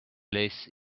less